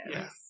Yes